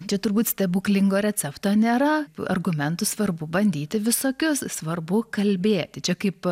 čia turbūt stebuklingo recepto nėra argumentus svarbu bandyti visokius svarbu kalbėti čia kaip